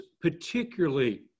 particularly